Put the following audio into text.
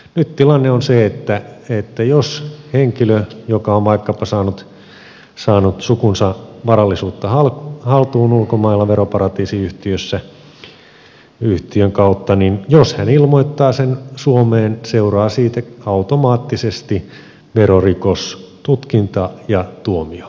nyt tilanne on se että jos henkilö joka on vaikkapa saanut sukunsa varallisuutta haltuun ulkomailla veroparatiisiyhtiön kautta ilmoittaa sen suomeen seuraa siitä automaattisesti verorikostutkinta ja tuomio